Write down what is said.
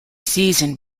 season